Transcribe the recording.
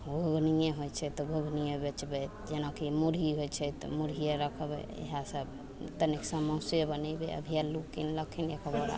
घूघनिये होइ छै तऽ घूघनिये बेचबय जेनाकि मुरही होइ छै तऽ मुरहिये रखबय इएह सब तनिक समोसे बनेबय अभी अल्लू कीनलखिन एक बोरा